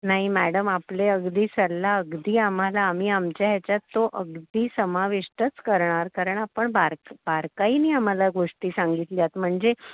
नाही मॅडम आपले अगदी सल्ला अगदी आम्हाला आम्ही आमच्या ह्याच्यात तो अगदी समाविष्टच करणार कारण आपण बारक बारकाईने आम्हाला गोष्टी सांगितल्यात म्हणजे